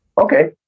Okay